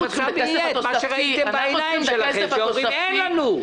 --- ראיתם בעיניים שלכם אין לנו.